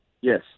Yes